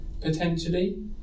Potentially